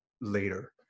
later